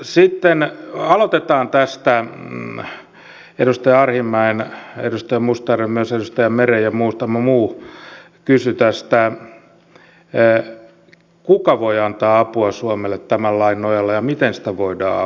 sitten aloitetaan edustaja arhinmäen edustaja mustajärven myös edustaja meren ja muutaman muun kysymyksestä kuka voi antaa apua suomelle tämän lain nojalla ja miten sitä apua voidaan antaa